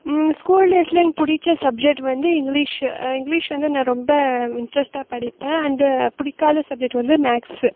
school டேஸ்ஸில் எனக்கு பிடிச்ச சப்ஜெக்ட் வந்து இங்கிலீஷு இங்கிலீஷ் வந்து நான் ரொம்ப இன்ட்ரெஸ்ட்டாக படிப்பேன் அண்டு பிடிக்காத சப்ஜெக்ட் வந்து மேக்ஸு